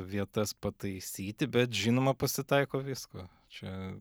vietas pataisyti bet žinoma pasitaiko visko čia